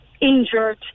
injured